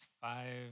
five